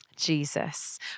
Jesus